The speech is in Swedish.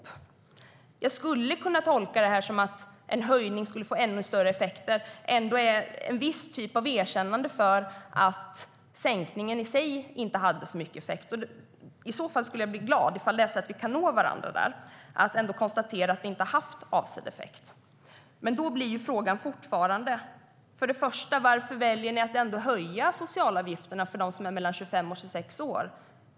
Men jag skulle kunna tolka påståendet att en höjning skulle få ännu större effekter som en typ av erkännande av att sänkningen i sig inte hade så stor effekt. I så fall skulle jag bli glad, om det är så att vi kan nå varandra där och konstatera att sänkningen inte har haft avsedd effekt. Frågan är fortfarande varför ni ändå väljer att höja socialavgifterna för dem som är mellan 25 och 26 år.